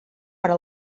hora